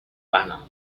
banner